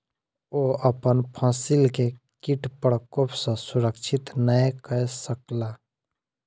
ओ अपन फसिल के कीट प्रकोप सॅ सुरक्षित नै कय सकला